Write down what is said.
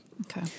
Okay